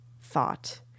thought